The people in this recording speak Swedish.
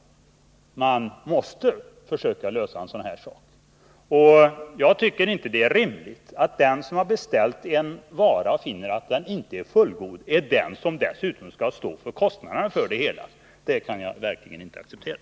Och man måste försöka lösa det. Jag tycker inte det är rimligt att den som har beställt en vara och finner att den inte är fullgod, dessutom skall stå för kostnaderna för det hela. Det kan jag verkligen inte acceptera.